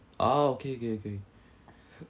oh okay okay okay